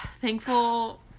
thankful